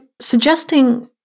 suggesting